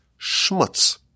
schmutz